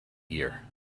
year